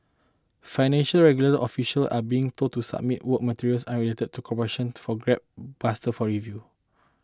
financial regulatory officials are being told to submit work materials unrelated to corruption for graft busters for review